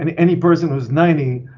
and any person who is ninety,